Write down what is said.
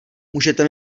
můžete